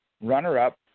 runner-up